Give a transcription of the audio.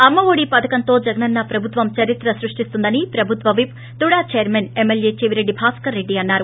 అమ్మ ఒడి పథకంతో జగనన్న ప్రభుత్వం చరిత్ర సృష్టిస్తుందని ప్రభుత్వ whip TUDA chairman MLA Chevireddy Bhaskar Reddy అన్నారు